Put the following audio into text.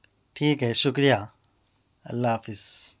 ٹھیک ہے شکریہ اللہ حافظ